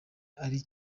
ari